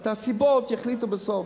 את הסיבות יחליטו בסוף,